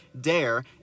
Dare